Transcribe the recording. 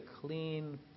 clean